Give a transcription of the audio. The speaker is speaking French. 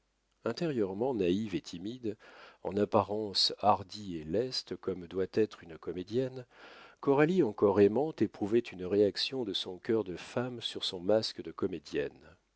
intérieurement naïve et timide en apparence hardie et leste comme doit être une comédienne coralie encore aimante éprouvait une réaction de son cœur de femme sur son masque de comédienne